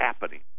happening